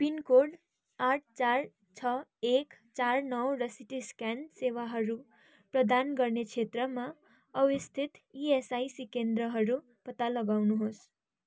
pin code आठ चार छ एक चार नौ र सिटी स्क्यान सेवाहरू प्रदान गर्ने क्षेत्रमा अवस्थित इएसआइसी केन्द्रहरू पत्ता लगाउनुहोस्